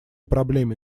проблеме